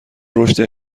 رشدی